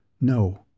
No